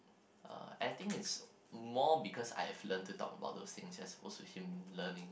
uh I think is more because I have learnt to talk about those things as opposed to him learning